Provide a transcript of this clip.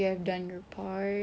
easier ya